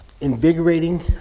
invigorating